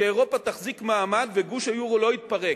שאירופה תחזיק מעמד וגוש היורו לא יתפרק.